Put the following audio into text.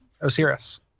Osiris